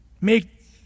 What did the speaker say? Make